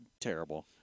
terrible